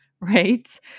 right